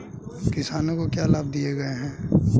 किसानों को क्या लाभ दिए गए हैं?